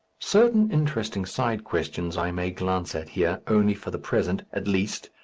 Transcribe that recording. certain interesting side questions i may glance at here, only for the present, at least,